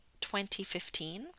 2015